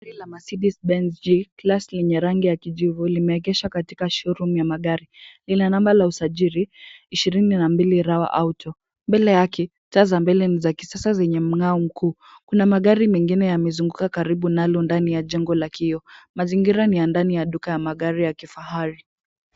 Gari la Mercedes Benz J class yenye rangi ya kijivu limeegeshwa katika showroom ya magari. Lina nnamba la usajili ishirini na mbili R auto . Mbele yake, taa za mbele ni za kisasa zenye mng'ao mkuu. Kuna magari mengine yamezunguka karibu nalo ndani ya jengo la kiio. Mazingira ni ya ndani ya duka la magari ya Kifahari.